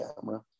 camera